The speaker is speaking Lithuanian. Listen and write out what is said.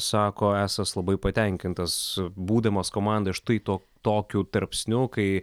sako esąs labai patenkintas būdamas komandoj štai to tokiu tarpsniu kai